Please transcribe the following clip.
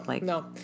no